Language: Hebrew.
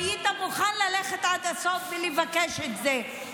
שהיית מוכן ללכת עד הסוף ולבקש את זה.